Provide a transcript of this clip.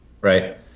Right